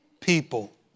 People